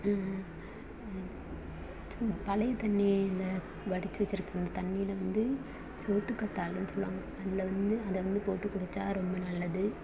சும் பழைய தண்ணியில வடிச்சு வச்சிருக்கற அந்த தண்ணியில வந்து சோத்துக்கற்றாழனு சொல்லுவாங்க அதில் வந்து அதை வந்து போட்டு குடிச்சா ரொம்ப நல்லது